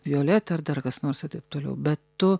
violeta ar dar kas nors i taip toliau bet tu